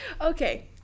Okay